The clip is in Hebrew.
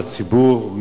לציבור,